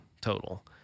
total